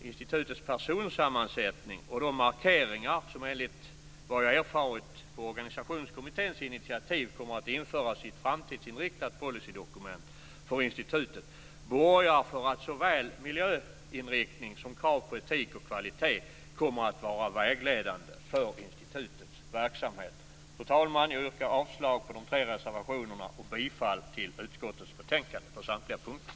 Institutets personsammansättning och de markeringar som enligt vad jag erfarit på organisationskommitténs initiativ kommer att införas i ett framtidsinriktat policydokument för institutet borgar för att såväl miljöinriktning som krav på etik och kvalitet kommer att vara vägledande för institutets verksamhet. Fru talman! Jag yrkar avslag på de tre reservationerna och bifall till utskottets hemställan på samtliga punkter.